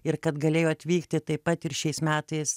ir kad galėjo atvykti taip pat ir šiais metais